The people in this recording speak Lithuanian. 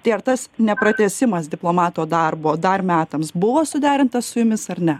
tai ar tas nepratęsimas diplomato darbo dar metams buvo suderintas su jumis ar ne